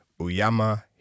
Uyama